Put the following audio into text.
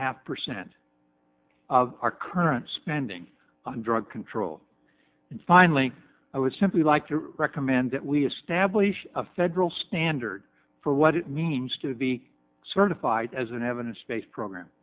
half percent of our current spending on drug control and finally i would simply like to recommend that we establish a federal standard for what it means to be certified as an evidence based program